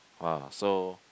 !whoa! so